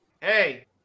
Hey